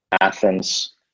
Athens